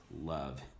love